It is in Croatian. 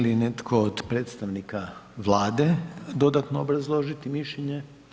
Želi li netko od predstavnika Vlade dodatno obrazložiti mišljenje?